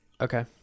okay